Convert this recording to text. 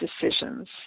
decisions